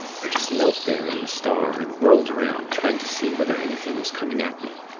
i just knelt there in the star, and whirled round, trying to see whether anything was coming at me.